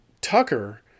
Tucker